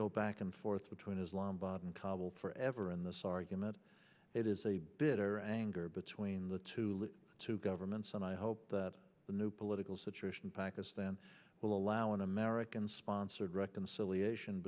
go back and forth between islam but in kabul for ever in this argument it is a bitter anger between the two two governments and i hope that the new political situation in pakistan will allow an american sponsored reconciliation